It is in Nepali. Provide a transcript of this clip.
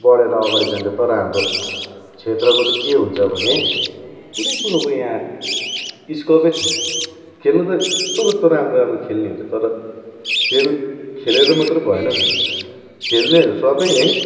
बढेर अगाडि जान्छ तर हाम्रो क्षेत्रको चाहिँ के हुन्छ भने कुनै कुरोको यहाँ स्कोपै छैन खेल्नु त कस्तो कस्तो राम्रो राम्रो खेल्ने हुन्छ तर खेल खेलेर मात्रै भएन नि त खेल्नेहरू सबै यहीँ